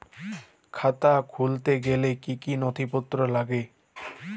খাতা খুলতে গেলে কি কি নথিপত্র লাগে?